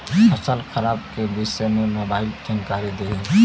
फसल खराब के विषय में मोबाइल जानकारी देही